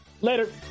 Later